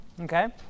okay